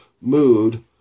mood